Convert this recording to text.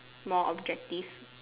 more objective